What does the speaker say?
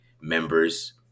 members